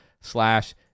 slash